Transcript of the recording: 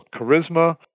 charisma